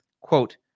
quote